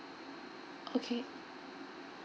okay